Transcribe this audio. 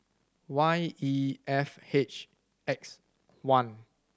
Y E F H X one